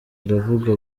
uravuga